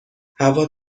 هوا